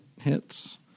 hits